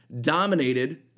dominated